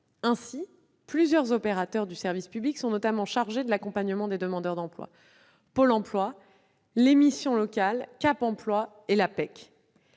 Plusieurs opérateurs du service public de l'emploi sont notamment chargés de l'accompagnement des demandeurs d'emploi : Pôle emploi, les missions locales, Cap emploi et l'APEC.